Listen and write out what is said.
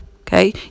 Okay